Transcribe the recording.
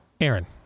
aaron